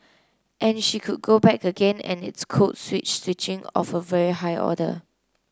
and she could go back again and it's code switch switching of a very high order